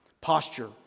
Posture